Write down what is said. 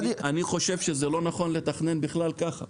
אני חושב שזה לא נכון לתכנן בכלל ככה.